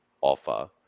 offer